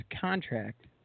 contract